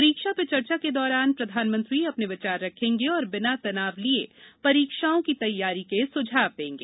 परीक्षा पे चर्चा के दौरान प्रधानमंत्री अपने विचार रखेंगे और बिना तनाव लिए परीक्षाओं की तैयारी के सुझाव देंगे